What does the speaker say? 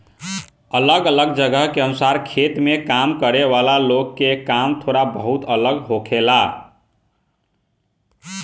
अलग अलग जगह के अनुसार खेत में काम करे वाला लोग के काम थोड़ा बहुत अलग होखेला